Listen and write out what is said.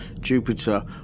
Jupiter